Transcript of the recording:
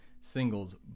singles